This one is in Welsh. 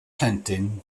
plentyn